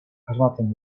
asmatzen